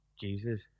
Jesus